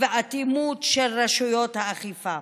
ואטימות של רשויות האכיפה.